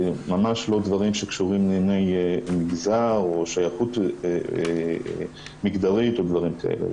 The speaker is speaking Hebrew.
וממש לא דברים שקשורים לענייני מגזר או שייכות מגדרית או דברים כאלה,